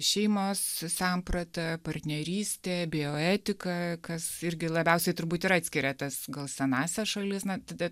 šeimos samprata partnerystė bioetika kas irgi labiausiai turbūt ir atskiria tas gal senąsias šalis na tada